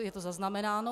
Je to zaznamenáno.